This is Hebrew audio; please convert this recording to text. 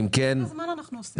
כל הזמן אנחנו עושים.